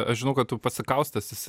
aš žinau kad tu pasikaustęs esi